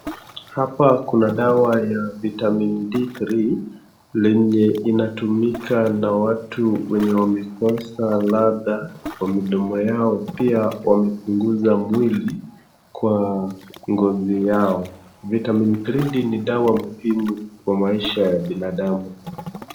Hapa kuna dawa ya Vitamin D3 lenye inatumika na watu wenye wamekosa ladha kwa mdomo yao pia wamepunguza mwili kwa ngozi yao. Vitamin D3 ni dawa muhimu kwa maisha ya binadamu.